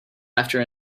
after